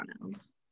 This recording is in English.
pronouns